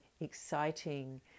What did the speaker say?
exciting